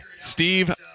Steve